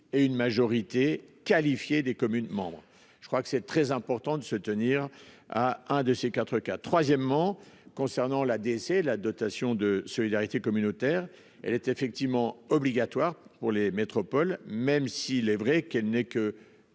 et une majorité qualifiée des communes membres. Je crois que c'est très important de se tenir à un de ces quatre cas troisièmement concernant la DC la dotation de solidarité communautaire. Elle était effectivement obligatoire pour les métropoles, même s'il est vrai qu'elle n'est que.